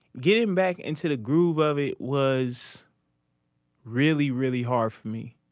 getting back into the groove of it was really, really hard for me.